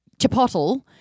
Chipotle